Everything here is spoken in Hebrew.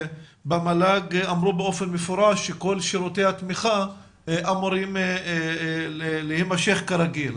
מהמל"ג אמרו באופן מפורש שכל שירותי התמיכה אמורים להמשך כרגיל.